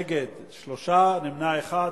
נגד, 3, נמנע אחד.